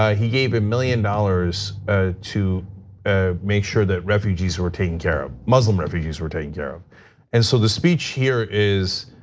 ah he gave a million dollars ah to ah make sure that refugees were taken care of. muslim refugees were taken care of and so the speech here is